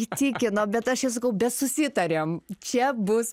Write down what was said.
įtikino bet aš jau sakau besusitarėm čia bus